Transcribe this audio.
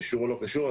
קשור או לא קשור,